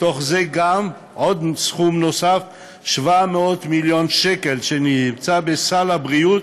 בתוך זה גם סכום נוסף של 700 מיליון שקל שנמצא בסל הבריאות,